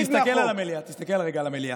אופיר, תסתכל על המליאה, תסתכל רגע על המליאה.